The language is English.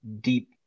deep